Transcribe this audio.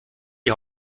die